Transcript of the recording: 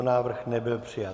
Návrh nebyl přijat.